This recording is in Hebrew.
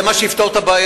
זה מה שיפתור את הבעיה?